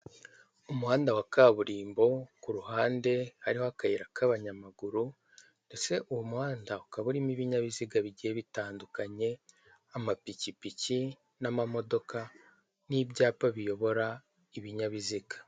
Umuhanda wa kaburimbo ku ruhande hariho akayira k'abanyamaguru, ndetse uwo muhanda ukaba urimo ibinyabiziga bigiye bitandukanye amapikipiki, n'amamodoka n'ibyapa biyobora ibinyabiziga.